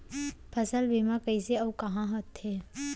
फसल बीमा कइसे अऊ कहाँ होथे?